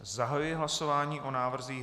Zahajuji hlasování o návrzích